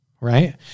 right